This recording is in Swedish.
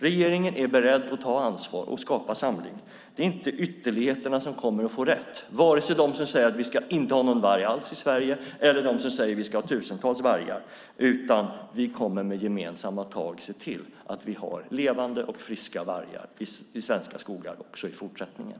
Regeringen är beredd att ta ansvar och skapa samling. Det är inte ytterligheterna som kommer att få rätt, varken de som säger att vi inte ska ha någon varg alls i Sverige eller de som säger att vi ska ha tusentals vargar. Vi kommer med gemensamma tag att se till att vi har levande och friska vargar i svenska skogar också i fortsättningen.